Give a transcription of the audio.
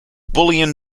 bullion